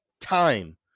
time